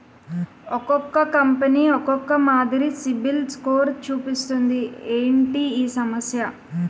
ఒక్కో కంపెనీ ఒక్కో మాదిరి సిబిల్ స్కోర్ చూపిస్తుంది ఏంటి ఈ సమస్య?